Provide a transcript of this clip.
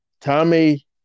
Tommy